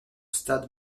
stade